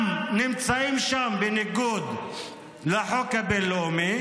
גם נמצאים שם בניגוד לחוק הבין-לאומי,